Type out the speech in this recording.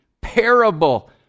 parable